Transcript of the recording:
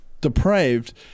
depraved